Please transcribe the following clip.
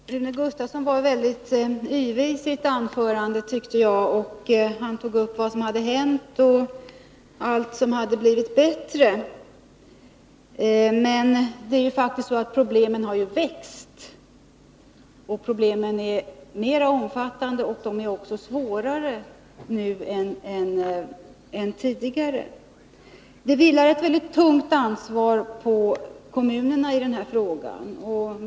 Fru talman! Rune Gustavsson var väldigt ivrig i sitt anförande, tyckte jag. Han tog upp vad som hade hänt och allt som hade blivit bättre. Men det är faktiskt så att problemen har växt. Problemen är mer omfattande och även svårare nu än tidigare. Det vilar ett väldigt tungt ansvar på kommunerna i den här frågan.